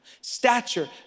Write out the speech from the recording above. Stature